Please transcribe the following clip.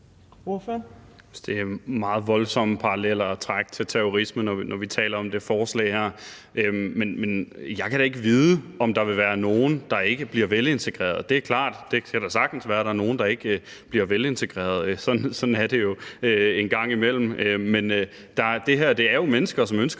det er meget voldsomt, at trække paralleller til terrorisme, når vi taler om det her forslag. Men jeg kan da ikke vide, om der vil være nogle, der ikke bliver velintegrerede – det er klart. Det kan da sagtens være, at der er nogle, der ikke bliver velintegrerede. Sådan er det jo en gang imellem. Men det her er jo mennesker, som ønsker